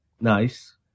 Nice